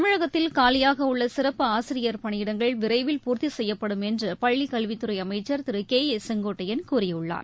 தமிழகத்தில் காலியாகஉள்ளசிறப்பு ஆசிரியர் பணியிடங்கள் விரைவில் பூர்த்திசெய்யப்படும் என்றுபள்ளிக் கல்வித் துறைஅமைச்சர் திருகே ஏ செங்கோட்டையன் கூறியுள்ளார்